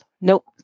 Nope